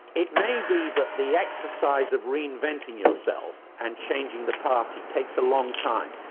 it may be that the exercise of reinventing yourself and changing the party takes a long time.